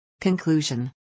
conclusion